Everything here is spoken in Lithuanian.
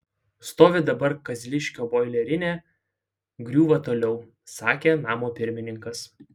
stovi dabar kazliškio boilerinė griūva toliau sakė namo pirmininkas